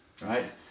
right